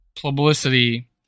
publicity